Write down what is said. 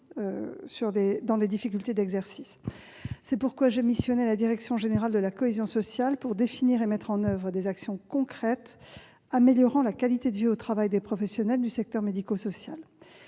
dans les difficultés d'exercice. C'est pourquoi j'ai missionné la direction générale de la cohésion sociale pour définir et mettre en oeuvre des actions concrètes améliorant la qualité de vie au travail des professionnels du secteur médico-social.